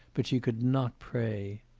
but she could not pray.